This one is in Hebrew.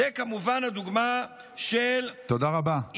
תודה רבה.